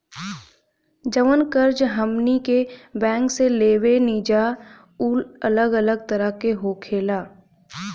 जवन कर्ज हमनी के बैंक से लेवे निजा उ अलग अलग तरह के होखेला